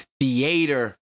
theater